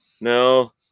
No